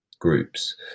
groups